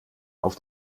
auf